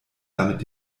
damit